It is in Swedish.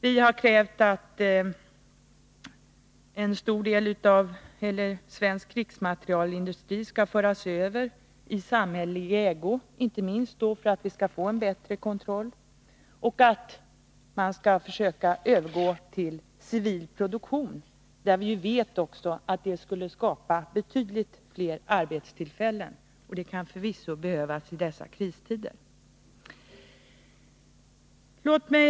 Vi har krävt att en stor del av svensk krigsmaterielindustri skall föras över i samhällelig ägo, inte minst för att vi skall få bättre kontroll, och att man skall försöka övergå till civil produktion — vi vet att det skulle skapa betydligt fler arbetstillfällen och det kan förvisso behövas i dessa kristider. Herr talman!